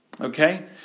Okay